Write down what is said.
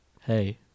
Hey